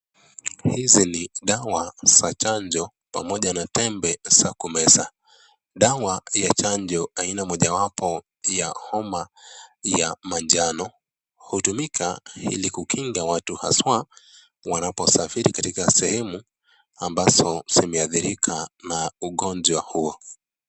Hizi ni dawa za chanjo pamoja na tembe za kumeza. Dawa ya chanjo aina moja wapo ya homa ya manjano, hutumika ili kukinga watu haswa wanaposafiri katika sehemu ambazo zimeadhirika na ugonjwa huo.